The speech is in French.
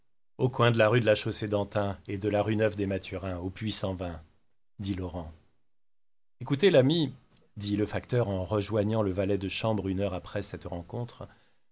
au coin de la rue de la chaussée-d'antin et de la rue neuve des mathurins au puits sans vin dit laurent écoutez l'ami dit le facteur en rejoignant le valet de chambre une heure après cette rencontre